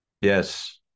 Yes